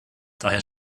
daher